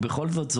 ובכל זאת,